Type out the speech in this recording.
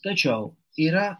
tačiau yra